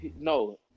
no